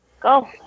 Go